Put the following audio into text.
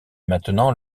maintenant